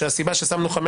שהסיבה ששמנו 15